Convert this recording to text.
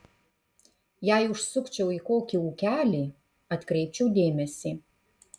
jei užsukčiau į kokį ūkelį atkreipčiau dėmesį